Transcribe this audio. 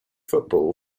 football